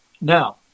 now